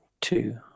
two